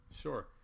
sure